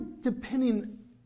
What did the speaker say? depending